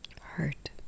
hurt